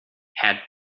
had